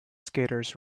skaters